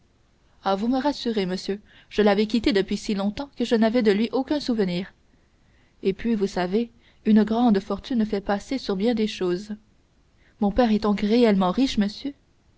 ah vous me rassurez monsieur je l'avais quitté depuis si longtemps que je n'avais de lui aucun souvenir et puis vous savez une grande fortune fait passer sur bien des choses mon père est donc réellement riche monsieur